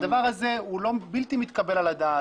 הדבר הזה הוא בלתי מתקבל על הדעת.